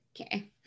Okay